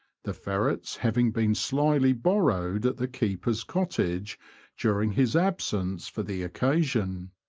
the ferrets having been slyly borrowed at the keeper's cottage during his absence for the occasion.